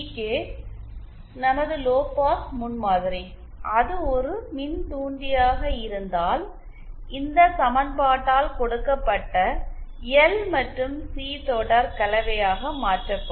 K நமது low pass முன்மாதிரி அது ஒரு மின்தூண்டியாக இருந்தால் இந்த சமன்பாட்டால் கொடுக்கப்பட்ட எல் மற்றும் சி தொடர் கலவையாக மாற்றப்படும்